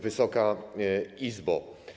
Wysoka Izbo!